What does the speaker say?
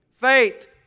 faith